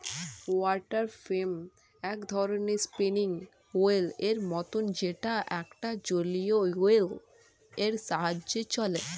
water frame এক ধরণের spinning wheel এর মতন যেটা একটা জলীয় হুইল এর সাহায্যে চলে